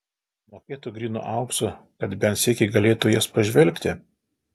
mokėtų grynu auksu kad bent sykį galėtų į jas pažvelgti